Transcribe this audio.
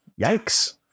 yikes